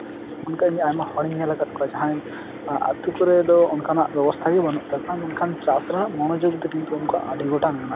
ᱚᱱᱠᱟ ᱤᱧ ᱟᱭᱢᱟ ᱦᱚᱲᱤᱧ ᱧᱮᱞ ᱟᱠᱟᱫ ᱠᱚᱣᱟ ᱡᱟᱦᱟᱸᱭ ᱟᱛᱳ ᱠᱚᱨᱮ ᱫᱚ ᱚᱱᱠᱟᱱᱟᱜ ᱫᱚ ᱵᱮᱵᱚᱥᱛᱟ ᱜᱮ ᱵᱟᱹᱱᱩᱜ ᱛᱟᱠᱚᱣᱟ ᱢᱮᱱᱠᱷᱟᱱ ᱪᱟᱥ ᱨᱮᱱᱟᱜ ᱢᱚᱱᱚᱡᱳᱜᱽ ᱫᱚ ᱠᱤᱱᱛᱩ ᱩᱱᱠᱩᱣᱟᱜ ᱟᱹᱰᱤ ᱜᱚᱴᱟᱝ ᱢᱮᱱᱟᱜ ᱛᱚᱠᱟᱣᱟ